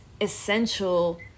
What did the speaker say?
essential